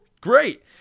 Great